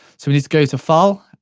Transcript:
so we just go to file,